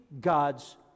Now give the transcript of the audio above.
God's